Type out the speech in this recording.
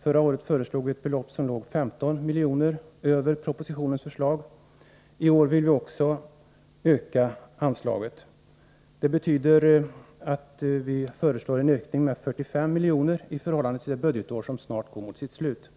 Förra året föreslog vi ett belopp som låg 15 miljoner över propositionens förslag. I år vill vi också öka anslaget. Det betyder att vi föreslår en ökning med 45 miljoner i förhållande till det budgetår som snart går mot sitt slut.